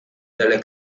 delle